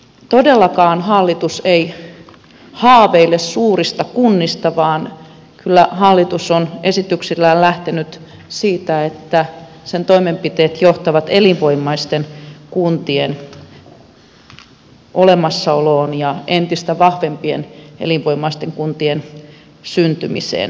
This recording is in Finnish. todellakaan hallitus ei haaveile suurista kunnista vaan kyllä hallitus on esityksillään lähtenyt siitä että sen toimenpiteet johtavat elinvoimaisten kuntien olemassaoloon ja entistä vahvempien elinvoimaisten kuntien syntymiseen